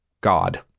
God